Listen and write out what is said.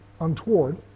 untoward